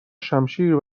شمشیر